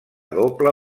doble